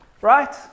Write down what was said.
Right